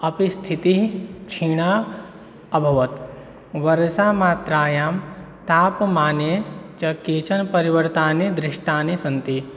अपि स्थितिः क्षीणा अभवत् वर्षामात्रायां तापमाने च केचन परिवर्तनानि दृष्टानि सन्ति